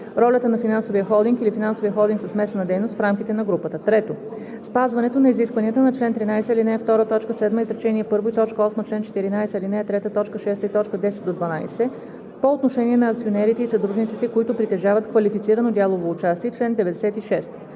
ролята на финансовия холдинг или финансовия холдинг със смесена дейност в рамките на групата; 3. спазването на изискванията на чл. 13, ал. 2, т. 7, изречение първо, и т, 8, чл. 14, ал. 3, т. 6 и т. 10 – 12 по отношение на акционерите и съдружниците, които притежават квалифицирано дялово участие, и чл. 96.